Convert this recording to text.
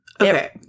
okay